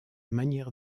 manière